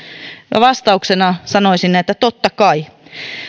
no vastauksena sanoisin että totta kai